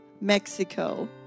Mexico